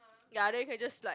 ya then you can just like